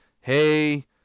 hey